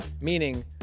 meaning